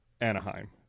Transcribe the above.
Anaheim